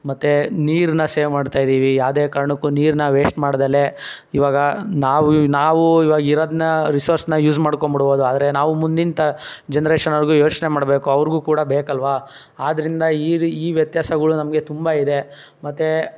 ಮತ್ತು ನೀರನ್ನ ಸೇವ್ ಮಾಡ್ತಾ ಇದ್ದೀವಿ ಯಾವುದೇ ಕಾರಣಕ್ಕೂ ನೀರನ್ನ ವೇಸ್ಟ್ ಮಾಡ್ದೆ ಇವಾಗ ನಾವು ಯೂ ನಾವು ಇವಾಗ ಇರೋದನ್ನ ರಿಸೋರ್ಸ್ನ ಯೂಸ್ ಮಾಡ್ಕೊಂಬಿಡ್ಬೋದು ಆದರೆ ನಾವು ಮುಂದಿನ ತ ಜನ್ರೇಷನೋರ್ಗೂ ಯೋಚನೆ ಮಾಡ್ಬೇಕು ಅವ್ರಿಗೂ ಕೂಡ ಬೇಕಲ್ಲವಾ ಆದ್ದರಿಂದ ಈ ರೀ ಈ ವ್ಯತ್ಯಾಸಗಳು ನಮಗೆ ತುಂಬ ಇದೆ ಮತ್ತು